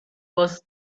was